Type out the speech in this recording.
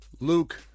Luke